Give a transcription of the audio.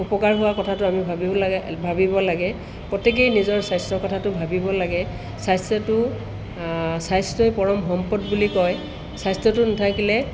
উপকাৰ হোৱা কথাটো আমি ভাবিব লাগে ভাবিব লাগে প্ৰত্যেকেই নিজৰ স্বাস্থ্যৰ কথাটো ভাবিব লাগে স্বাস্থ্যটো স্বাস্থ্যই পৰম সম্পদ বুলি কয় স্বাস্থ্যটো নাথাকিলে